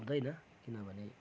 हुँदैन किनभने